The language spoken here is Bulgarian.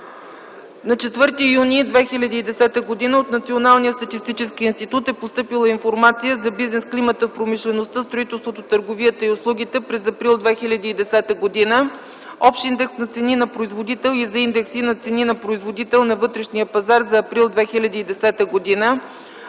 На 4 юни 2010 г. от Националния статистически институт е постъпила информация за бизнес климата в промишлеността, строителството, търговията и услугите през април 2010 г.; общ индекс на цени на производител и за индекси на цени на производител на вътрешния пазар за април 2010 г.;